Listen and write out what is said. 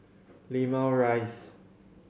Limau Rise